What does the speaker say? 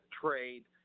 trade